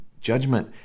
judgment